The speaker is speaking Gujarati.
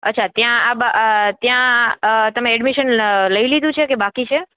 અચ્છા ત્યાં ત્યાં તમે એડમિશન લઈ લીધું છે કે બાકી છે